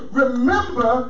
remember